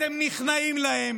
אתם נכנעים להם,